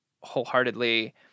wholeheartedly